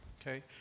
okay